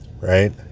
right